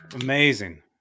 Amazing